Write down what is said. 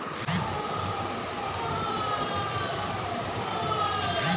मेरी मासिक बचत पचास हजार की है क्या मैं क्रेडिट कार्ड के लिए आवेदन कर सकता हूँ?